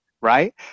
right